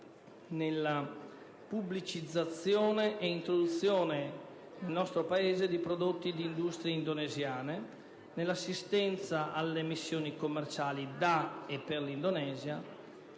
nella pubblicizzazione ed introduzione in Italia di prodotti di industrie indonesiane, nell'assistenza alle missioni commerciali da e per l'Indonesia,